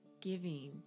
giving